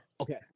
Okay